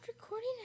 recording